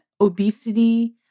obesity